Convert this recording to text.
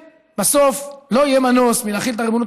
בסוף לא יהיה מנוס מלהחיל את הריבונות